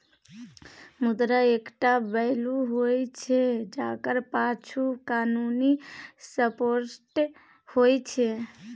मुद्रा एकटा वैल्यू होइ छै जकर पाछु कानुनी सपोर्ट होइ छै